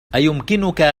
أيمكنك